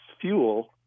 fuel